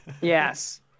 Yes